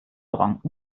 gronkh